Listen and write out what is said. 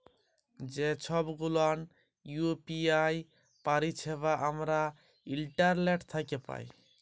যে ছব গুলান ইউ.পি.আই পারিছেবা আমরা ইন্টারলেট থ্যাকে পায়